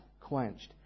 quenched